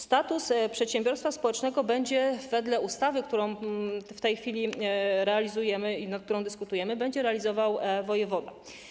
Status przedsiębiorstwa społecznego, wedle ustawy, którą w tej chwili realizujemy i nad którą dyskutujemy, będzie realizował wojewoda.